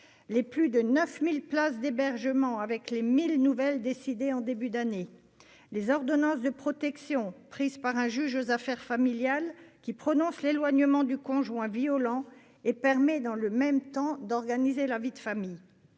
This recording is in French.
les plus de 9 000 places d'hébergement avec les 1 000 nouvelles décidées en début d'année ; les ordonnances de protection prises par un juge aux affaires familiales qui prononce l'éloignement du conjoint violent et permet, dans le même temps, d'organiser la vie de la famille